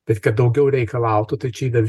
bet kad daugiau reikalautų tai čia yra